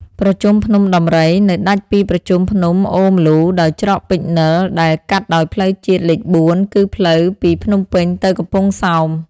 ប្រជុំភ្នំដំរី នៅដាច់ពីប្រជុំភ្នំអូរម្លូដោយច្រកពេជ្រនិល ដែល កាត់ដោយផ្លូវជាតិលេខ ៤ គឺផ្លូវពីភ្នំពេញទៅកំពង់សោម ។